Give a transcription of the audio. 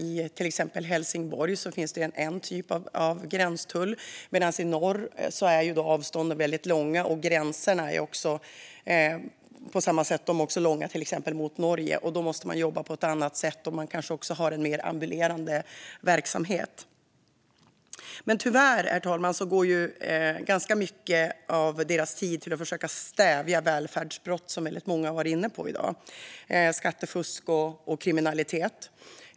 I exempelvis Helsingborg finns det en typ av gränstull, medan avstånden och därmed också gränserna i norr är väldigt långa, till exempel mot Norge, och då måste man jobba på ett annat sätt. Man kanske också har en mer ambulerande verksamhet. Tyvärr, herr talman, går ganska mycket av dessa myndigheters tid till att försöka stävja välfärdsbrott, vilket många har varit inne på i dag, som skattefusk och kriminalitet.